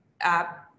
app